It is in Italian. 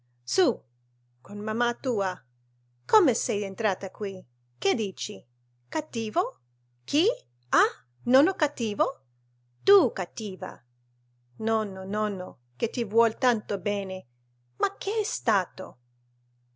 su con mamma tua come sei entrata qui che dici cattivo chi ah nonno cattivo tu cattiva nonno nonno che ti vuol tanto bene ma che è stato